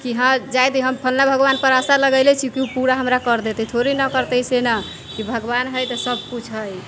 की हँ जाइ दिहि हम फलना भगवानपर आशा लगेले छी की ओ पूरा हमरा कर देतै थोड़े ने करतै की से नहि भगवान है तऽ सब कुछ है